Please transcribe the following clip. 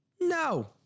no